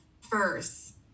first